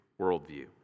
worldview